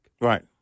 Right